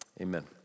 amen